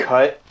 Cut